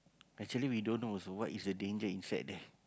actually we don't know also what is the danger inside there